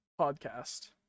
podcast